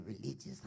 religious